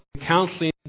counseling